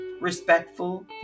respectful